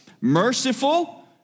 merciful